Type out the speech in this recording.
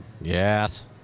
Yes